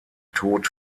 tod